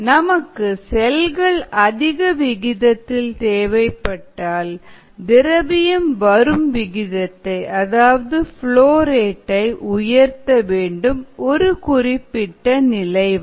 நமக்கு செல்கள் அதிக விகிதத்தில் தேவைப்பட்டால் திரவியம் வரும் விகிதத்தை அதாவது ப்லோ ரேட்டை உயர்த்த வேண்டும் ஒரு குறிப்பிட்ட நிலை வரை